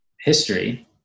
history